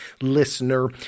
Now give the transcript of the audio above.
listener